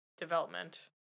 development